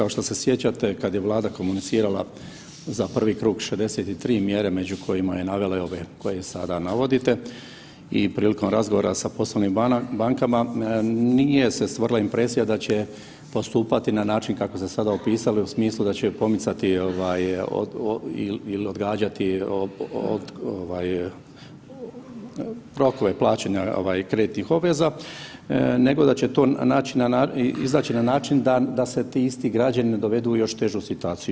Kao što se sjećate kad je Vlada komunicirala za prvi krug 63 mjere među kojima je navela i ove koje sada navodite i prilikom razgovora sa poslovnim bankama nije se stvorila impresija da će postupati na način kako ste sada opisali u smislu da će pomicati ovaj ili odgađati ovaj rokove plaćanja kreditnih obveza nego da će to naći na način, izaći na način da se ti isti građani ne dovedu u još težu situaciju.